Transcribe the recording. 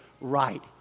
right